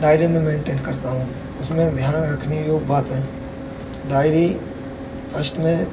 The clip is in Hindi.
डायरी में मेन्टेन करता हूँ उसमें ध्यान रखने योग्य बात हैं डायरी फ़स्ट मैं